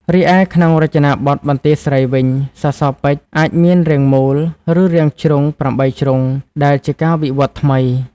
រីឯក្នុងរចនាបថបន្ទាយស្រីវិញ សសរពេជ្រអាចមាន រាងមូល ឬរាងជ្រុង (៨ ជ្រុង) ដែលជាការវិវត្តន៍ថ្មី។